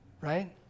right